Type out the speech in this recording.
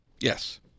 Yes